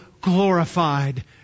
glorified